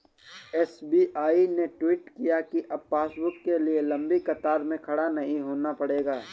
SBI ने tweet किया कि अब पासबुक के लिए लंबी कतार में खड़ा नहीं होना पड़ेगा